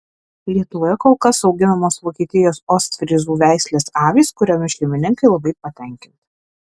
lietuvoje kol kas auginamos vokietijos ostfryzų veislės avys kuriomis šeimininkai labai patenkinti